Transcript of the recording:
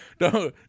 No